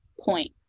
point